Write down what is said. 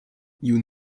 you